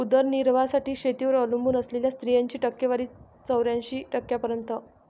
उदरनिर्वाहासाठी शेतीवर अवलंबून असलेल्या स्त्रियांची टक्केवारी चौऱ्याऐंशी टक्क्यांपर्यंत